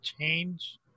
change